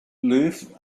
live